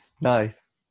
Nice